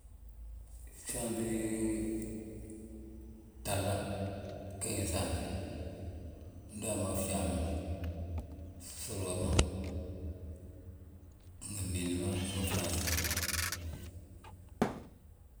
Gsaanti ghala, gee gi insaanti, ndu uyaa mo fjaa ma, fsúrgama, fmindi ma ngi franse ma.